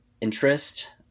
interest